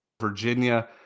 Virginia